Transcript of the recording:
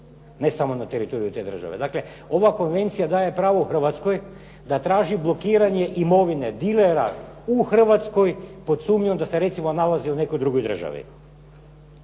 ne samo na teritoriju te države. Dakle, ova konvencija daje pravo Hrvatskoj da traži blokiranje imovine, dilera u Hrvatskoj pod sumnjom da se recimo nalazi u nekoj drugoj državi.